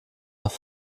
doch